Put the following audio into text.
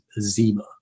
Zima